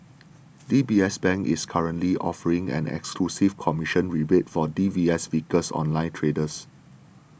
D B S Bank is currently offering an exclusive commission rebate for D B S Vickers online traders